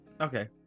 okay